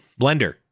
Blender